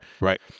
Right